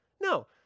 No